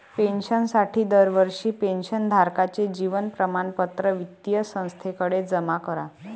पेन्शनसाठी दरवर्षी पेन्शन धारकाचे जीवन प्रमाणपत्र वित्तीय संस्थेकडे जमा करा